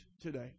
today